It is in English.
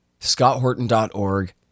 ScottHorton.org